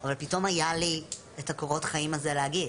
אבל פתאום היה לי את קורות החיים האלו להגיד.